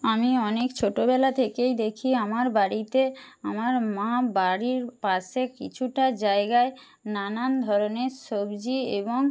আমি অনেক ছোটবেলা থেকেই দেখি আমার বাড়িতে আমার মা বাড়ির পাশে কিছুটা জায়গায় নানান ধরনের সবজি এবং